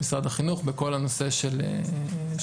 במשרד החינוך בכל הנושא של ההנגשה,